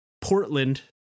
portland